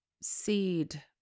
seed